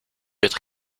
être